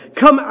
Come